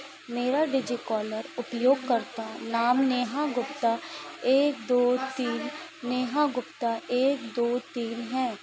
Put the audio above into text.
मेरा डिजीकॉलर उपयोगकर्ता नाम नेहा गुप्ता एक दो तीन नेहा गुप्ता एक दो तीन है